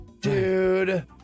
dude